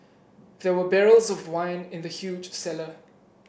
there were barrels of wine in the huge cellar